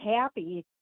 happy